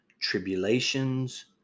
tribulations